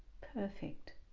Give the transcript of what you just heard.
perfect